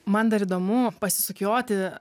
man dar įdomu pasisukioti